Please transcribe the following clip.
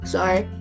Sorry